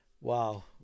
Wow